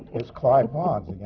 is clive barnes,